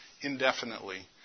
indefinitely